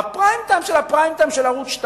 בפריים טיים של הפריים טיים של ערוץ-2,